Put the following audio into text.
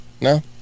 No